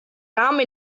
rahmen